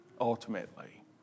ultimately